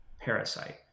parasite